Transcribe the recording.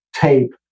Tape